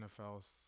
NFL